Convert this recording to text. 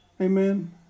amen